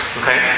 okay